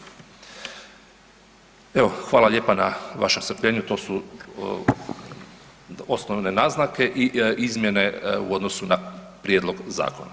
Evo, hvala lijepa na vašem strpljenju, to su osnovne naznake i izmjene u odnosu na prijedlog zakona.